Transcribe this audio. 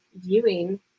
viewing